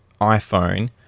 iPhone